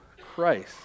Christ